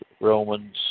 Romans